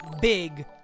big